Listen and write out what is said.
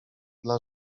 dla